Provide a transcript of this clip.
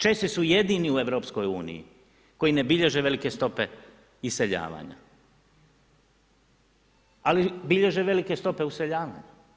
Česi su jedini u EU koji ne bilježe velike stope iseljavanja ali bilježe velike stope useljavanja.